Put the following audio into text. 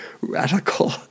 Radical